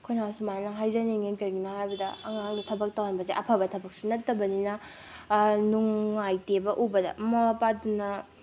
ꯑꯩꯈꯣꯏꯅ ꯁꯨꯃꯥꯏꯅ ꯍꯥꯏꯖꯅꯤꯡꯉꯤ ꯀꯩꯒꯤꯅꯣ ꯍꯥꯏꯕꯗ ꯑꯉꯥꯡꯗ ꯊꯕꯛ ꯇꯧꯍꯟꯕꯁꯦ ꯑꯐꯕ ꯊꯕꯛꯁꯨ ꯅꯠꯇꯕꯅꯤꯅ ꯅꯨꯡꯉꯥꯏꯇꯦꯕ ꯎꯕꯗ ꯃꯃꯥ ꯃꯄꯥꯗꯨꯅ